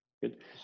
good